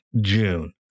June